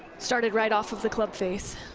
started right off off the club face.